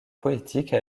poétique